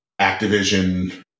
activision